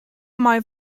mae